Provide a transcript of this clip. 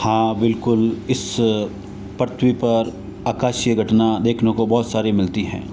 हाँ बिल्कुल इस पृथ्वी पर आकाशीय घटना देखने को बहुत सारी मिलती है